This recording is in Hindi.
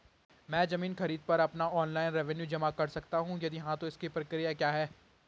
मैं ज़मीन खरीद पर अपना ऑनलाइन रेवन्यू जमा कर सकता हूँ यदि हाँ तो इसकी प्रक्रिया क्या है?